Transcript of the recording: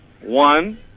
One